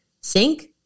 sink